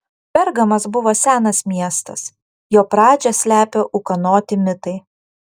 pergamas buvo senas miestas jo pradžią slepia ūkanoti mitai